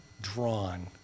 drawn